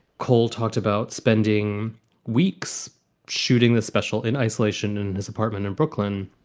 cole talked about spending weeks shooting the special in isolation in his apartment in brooklyn.